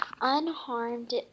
unharmed